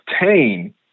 obtain